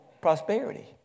prosperity